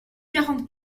quarante